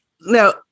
Now